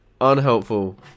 Unhelpful